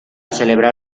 celebrar